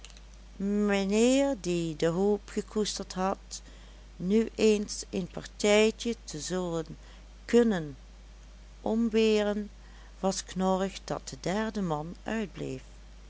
mijnheer die de hoop gekoesterd had nu eens een partijtje te zullen kunnen omberen was knorrig dat de derde man